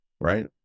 Right